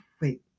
Wait